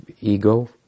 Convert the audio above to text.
ego